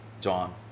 John